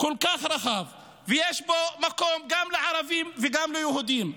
כל כך רחב, ויש בו מקום גם לערבים וגם ליהודים,